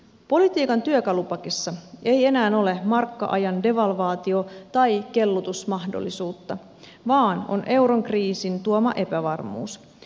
politiikan työkalupakissa ei enää ole markka ajan devalvaatio tai kellutusmahdollisuutta vaan on euron kriisin tuoma epävarmuus